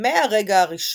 מהרגע הראשון.